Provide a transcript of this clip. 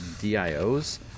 DIOs